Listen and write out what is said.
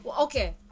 Okay